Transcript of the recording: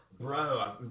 bro